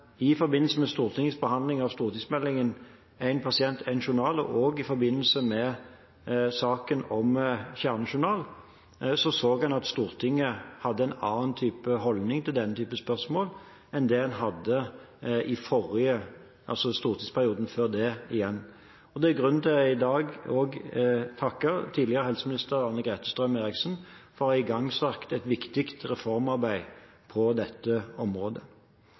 i forbindelse med Stortingets behandling av stortingsmeldingen Én innbygger – én journal og i forbindelse med saken om kjernejournal så en at Stortinget hadde en annen holdning til denne type spørsmål enn det en hadde i stortingsperioden før. Det er i dag grunn til å takke tidligere helseminister Anne-Grete Strøm-Erichsen for å ha igangsatt et viktig reformarbeid på dette området.